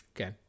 Okay